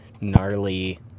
gnarly